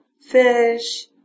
fish